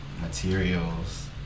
materials